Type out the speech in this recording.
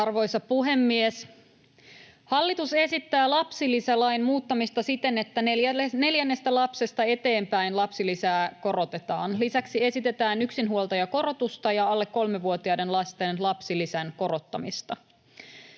Arvoisa puhemies! Hallitus esittää lapsilisälain muuttamista siten, että neljännestä lapsesta eteenpäin lapsilisää korotetaan. Lisäksi esitetään yksinhuoltajakorotusta ja alle kolmivuotiaiden lasten lapsilisän korottamista.